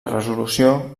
resolució